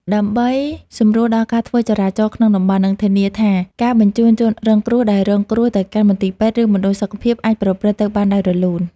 ដើម្បីសម្រួលដល់ការធ្វើចរាចរណ៍ក្នុងតំបន់ និងធានាថាការបញ្ជូនជនរងគ្រោះដែលរងរបួសទៅកាន់មន្ទីរពេទ្យ ឬមណ្ឌលសុខភាព អាចប្រព្រឹត្តទៅបានដោយរលូន។